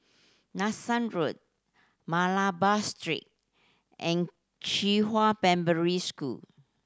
Nanson Road Malabar Street and Qihua Primary School